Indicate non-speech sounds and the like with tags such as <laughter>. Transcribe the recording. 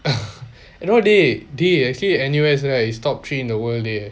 <laughs> you know dey dey actually N_U_S right it's top three in the world dey